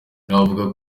navuga